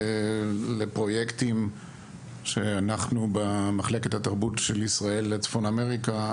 לפרויקטים שאנחנו במחלקת התרבות של ישראל לצפון אמריקה,